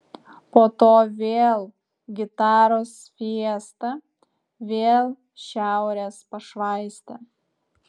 po to vėl gitaros fiesta vėl šiaurės pašvaistė